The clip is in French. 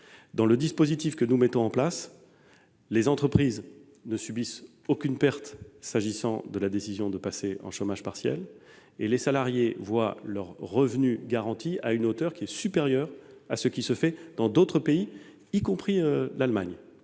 dans notre dispositif, les entreprises ne subissent aucune perte si elles décident de passer en chômage partiel et les salariés voient leur revenu garanti à une hauteur qui est supérieure à ce qui se fait dans d'autres pays, y compris l'Allemagne.